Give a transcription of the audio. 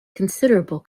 considerable